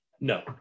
No